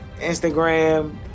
Instagram